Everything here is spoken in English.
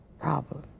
problem